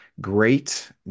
great